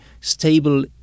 stable